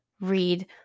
read